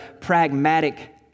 pragmatic